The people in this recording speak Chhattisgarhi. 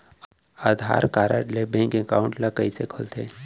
आधार कारड ले बैंक एकाउंट ल कइसे खोलथे?